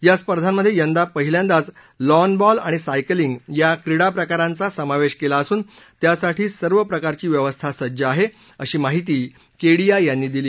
या स्पर्धामध्ये यंदा पहिल्यांदाच लॉन बॉल आणि सायकलिंग या क्रीडा प्रकारांचा समावेश केला असून त्यासाठी सर्व प्रकारची व्यवस्था सज्ज आहे अशी माहिती केडीया यांनी दिली